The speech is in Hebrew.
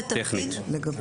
מורכבות טכנית.